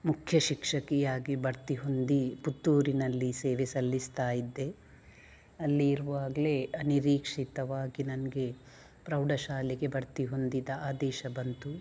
ಮುಖ್ಯ ಶಿಕ್ಷಕಿಯಾಗಿ ಬಡ್ತಿ ಹೊಂದಿ ಪುತ್ತೂರಿನಲ್ಲಿ ಸೇವೆ ಸಲ್ಲಿಸ್ತಾಯಿದ್ದೆ ಅಲ್ಲಿ ಇರುವಾಗಲೇ ಅನಿರೀಕ್ಷಿತವಾಗಿ ನನಗೆ ಪ್ರೌಢಶಾಲೆಗೆ ಬಡ್ತಿ ಹೊಂದಿದ ಆದೇಶ ಬಂತು